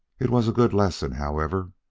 it was a good lesson, however,